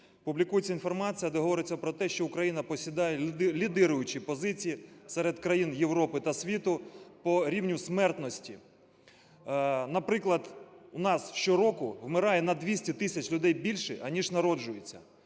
публікується інформація, де говориться про те, що Україна посідає лідируючі позиції серед країн Європи та світу по рівню смертності. Наприклад, в нас щороку вмирає на 200 тисяч людей більше, аніж народжується.